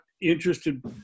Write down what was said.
interested